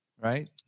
Right